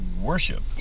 worship